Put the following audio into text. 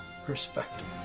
perspective